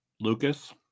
Lucas